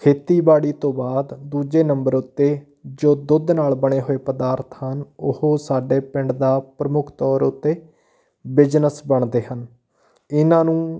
ਖੇਤੀਬਾੜੀ ਤੋਂ ਬਾਅਦ ਦੂਜੇ ਨੰਬਰ ਉੱਤੇ ਜੋ ਦੁੱਧ ਨਾਲ ਬਣੇ ਹੋਏ ਪਦਾਰਥ ਹਨ ਉਹ ਸਾਡੇ ਪਿੰਡ ਦਾ ਪ੍ਰਮੁੱਖ ਤੌਰ ਉੱਤੇ ਬਿਜਨਸ ਬਣਦੇ ਹਨ ਇਹਨਾਂ ਨੂੰ